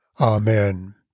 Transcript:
Amen